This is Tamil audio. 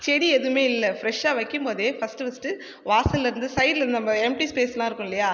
செடி எதுவுமே இல்லை ஃபிரஷாக வக்கும் போதே ஃபஸ்ட்டு ஃபஸ்ட்டு வாசலேர்ந்து சைடுல நம்ம எம்டி ஸ்பேஸ்லாம் இருக்கும் இல்லையா